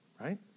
right